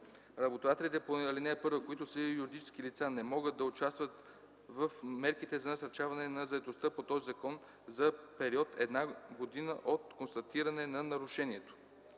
Работодателите по ал. 1, които са юридически лица, не могат да участват в мерките за насърчаване на заетостта по този закон за период една година от констатиране на нарушението.